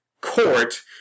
court